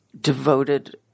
devoted